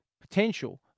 potential